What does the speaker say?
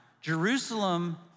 Jerusalem